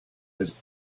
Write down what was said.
has